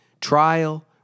trial